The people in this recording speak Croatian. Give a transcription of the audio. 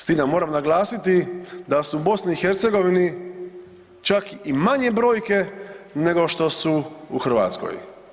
S tim da moram naglasiti da su u BiH-u čak i manje brojke nego što su u Hrvatskoj.